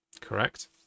correct